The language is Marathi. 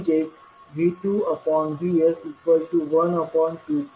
म्हणजेच V2VS12